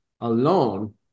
alone